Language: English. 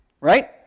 right